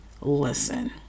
Listen